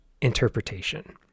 Interpretation